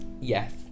Yes